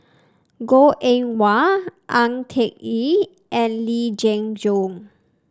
Goh Eng Wah Ang Ah Yee and Lee Jenn Jong